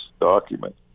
document